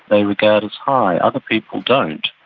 they regard as high. other people don't.